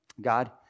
God